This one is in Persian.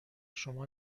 شما